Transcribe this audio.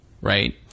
right